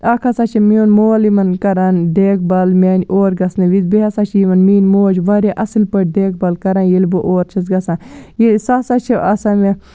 اَکھ ہسا چھِ میون مول یِمَن کران دیکھ بال میٛانہِ اور گژھنہٕ وِزِ بیٚیہِ ہسا چھٕ یِمَن میٛٲنۍ موج واریاہ اصٕل پٲٹھۍ دیکھ بال کران ییٚلہِ بہٕ اور چھَس گژھان یہِ سُہ ہسا چھِ آسان مےٚ